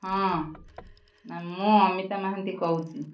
ହଁ ନା ମୁଁ ଅମିତା ମହାନ୍ତି କହୁଛି